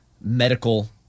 medical